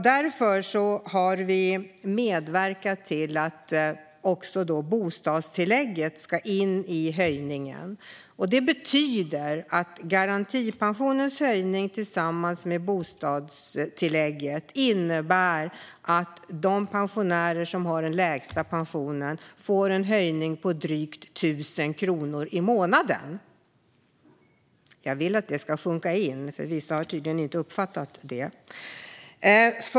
Därför har vi medverkat till att också bostadstillägget ska in i höjningen. Garantipensionens höjning tillsammans med bostadstillägget innebär att de pensionärer som har den lägsta pensionen får en höjning på drygt 1 000 kr i månaden. Jag vill att detta ska sjunka in, för vissa har tydligen inte uppfattat det.